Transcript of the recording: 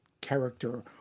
character